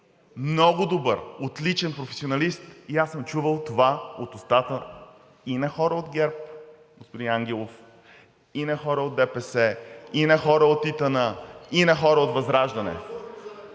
много добър, отличен професионалист и аз съм чувал това от устата и на хора от ГЕРБ – господин Ангелов, и на хора от ДПС, и на хора от ИТН, и на хора от ВЪЗРАЖДАНЕ.